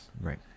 Right